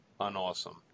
unawesome